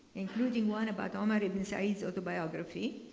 including one about omar ibn said's autobiography.